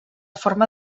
forma